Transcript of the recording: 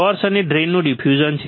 source અને ડ્રેઇનનું diffusion છે